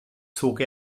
zog